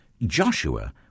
Joshua